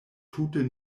tute